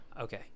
okay